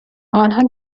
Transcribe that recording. آنها